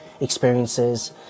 experiences